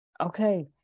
Okay